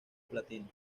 platino